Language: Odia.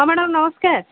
ହଁ ମ୍ୟାଡମ୍ ନମସ୍କାର